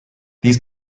these